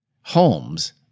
Holmes